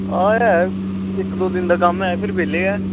आं ऐ इक्क दौ दिन दा कम्म ऐ फिर बेह्ले ऐ